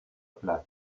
place